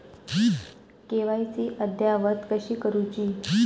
KYC अद्ययावत कशी करुची?